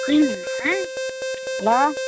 ஆ hello